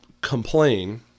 complain